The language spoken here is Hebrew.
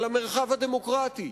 על המרחב הדמוקרטי,